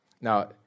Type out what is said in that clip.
Now